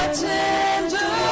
tender